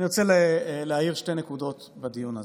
אני רוצה להעיר שתי נקודות בדיון הזה,